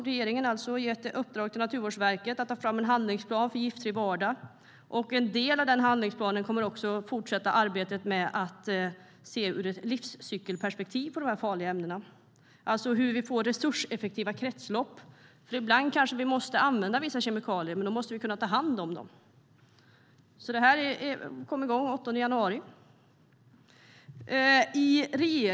Regeringen har också gett i uppdrag till Naturvårdsverket att ta fram en handlingsplan för en giftfri vardag. När det gäller en del av den handlingsplanen kommer man också att fortsätta arbetet med att se på de här farliga ämnena ur ett livscykelperspektiv, alltså hur vi får resurseffektiva kretslopp. Ibland kanske vi måste använda vissa kemikalier, men då måste vi kunna ta hand om dem. Det här kom igång den 8 januari.